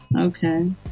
Okay